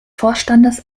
vorstandes